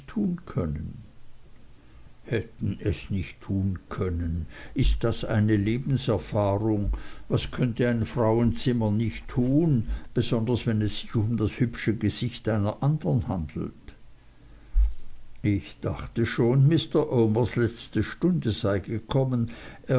tun können entgegnete mr omer hätten es nicht tun können ist das deine lebenserfahrung was könnte ein frauenzimmer nicht tun besonders wenn es sich um das hübsche gesicht einer andern handelt ich dachte schon mr omers letzte stunde sei gekommen